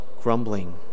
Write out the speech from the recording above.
grumbling